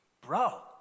Bro